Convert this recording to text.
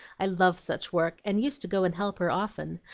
i love such work, and used to go and help her often,